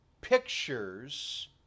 pictures